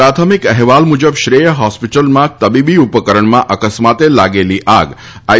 પ્રાથમિક અહેવાલ મુજબ શ્રેય હોસ્પિટલમાં તબીબી ઉપકરણમાં અકસ્માતે લાગેલી આગ આઈ